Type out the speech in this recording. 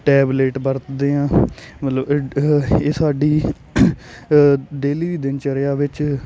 tablet ਵਰਤਦੇ ਹਾਂ ਮਤਲਬ ਇਹ ਸਾਡੀ ਡੇਲੀ ਦੀ ਦਿਨ ਚਰਿਆ ਵਿੱਚ